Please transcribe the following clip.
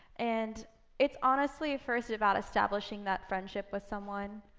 and it's honestly first about establishing that friendship with someone.